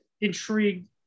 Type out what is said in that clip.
intrigued